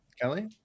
kelly